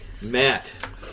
Matt